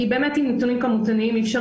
כי באמת עם נתונים כמותניים אי-אפשר